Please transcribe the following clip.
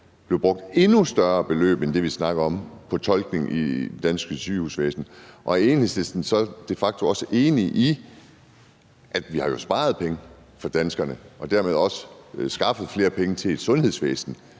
blev brugt endnu større beløb end det, vi snakker om, på tolkning i det danske sygehusvæsen? Og er Enhedslisten så de facto også enig i, at vi jo har sparet penge for danskerne og dermed også skaffet flere penge til et sundhedsvæsen